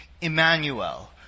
Emmanuel